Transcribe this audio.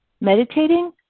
meditating